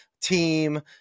team